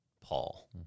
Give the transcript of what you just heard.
Paul